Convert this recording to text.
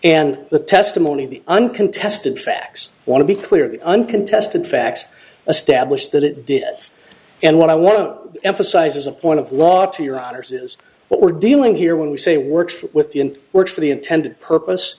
and the testimony of the uncontested facts want to be clearly uncontested facts a stablished that it did and what i want to emphasize is a point of law to your honor's is what we're dealing here when we say works with the work for the intended purpose